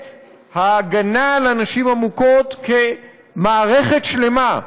ההגנה על הנשים המוכות כמערכת שלמה,